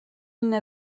n’a